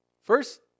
first